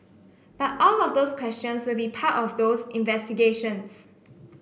but all of those questions will be part of those investigations